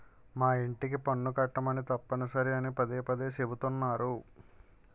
మా యింటికి పన్ను కట్టమని తప్పనిసరి అని పదే పదే చెబుతున్నారు